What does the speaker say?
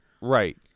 Right